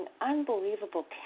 unbelievable